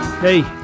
Hey